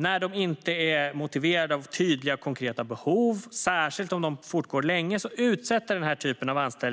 När den typen av anställningar inte är motiverade av tydliga och konkreta behov, och särskilt om de fortgår länge, utsätter